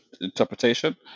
interpretation